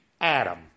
Adam